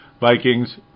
Vikings